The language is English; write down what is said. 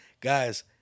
Guys